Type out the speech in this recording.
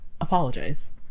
apologize